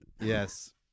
Yes